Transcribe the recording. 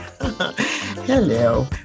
Hello